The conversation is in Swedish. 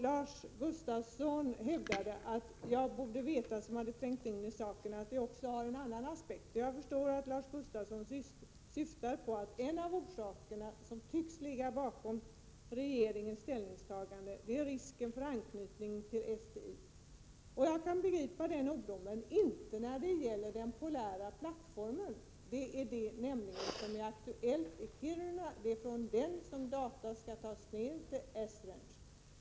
Lars Gustafsson hävdade att jag borde veta, som har trängt in i saken, att det också finns en annan aspekt. Jag förstår att Lars Gustafsson syftar på att en av orsakerna som tycks ligga bakom regeringens ställningstagande är risken för anknytning till SDI. Jag kan begripa den oron men inte när det gäller den polära plattformen, och det är den som är aktuell i Kiruna. Det är från den som data skall tas ner till ESRANGE.